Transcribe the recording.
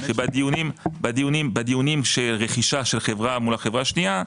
שבדיונים של רכישה של חברה מול חברה שנייה,